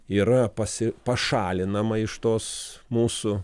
yra pasi pašalinama iš tos mūsų